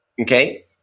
Okay